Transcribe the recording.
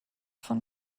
von